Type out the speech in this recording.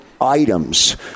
items